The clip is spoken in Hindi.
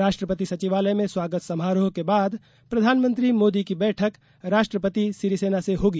राष्ट्रपति सचिवालय में स्वागत समारोह के बाद प्रधानमंत्री मोदी की बैठक राष्ट्रपति सिरिसेना से होगी